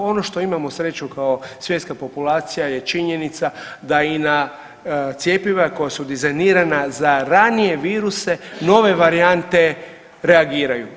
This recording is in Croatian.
Ono što imamo sreću kao svjetska populacija je činjenica da i na cjepiva koja su dizajnirana za ranije viruse nove varijante reagiraju.